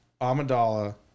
Amidala